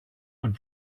would